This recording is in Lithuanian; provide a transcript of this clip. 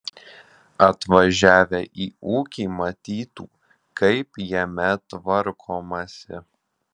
atvažiavę į ūkį matytų kaip jame tvarkomasi